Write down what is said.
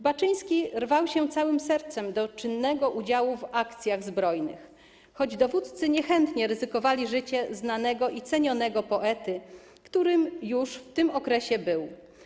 Baczyński rwał się całym sercem do czynnego udziału w akcjach zbrojnych, choć dowódcy niechętnie ryzykowali życie znanego i cenionego poety, którym już w tym okresie był.